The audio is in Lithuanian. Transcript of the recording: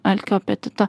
alkio apetito